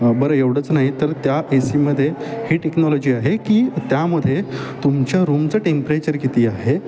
ब बरं एवढंच नाही तर त्या एसीमध्ये ही टेक्नॉलॉजी आहे की त्यामध्ये तुमच्या रूमचं टेम्परेचर किती आहे